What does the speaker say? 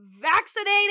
vaccinated